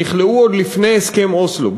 שנכלאו עוד לפני הסכם אוסלו,